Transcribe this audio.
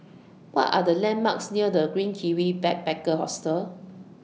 What Are The landmarks near The Green Kiwi Backpacker Hostel